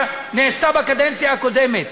שנעשתה בקדנציה הקודמת.